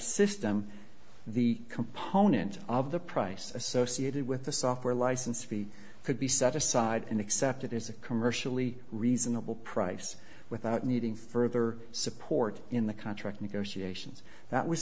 system the component of the price associated with the software license fee could be set aside and accepted as a commercially reasonable price without needing further support in the contract negotiations that was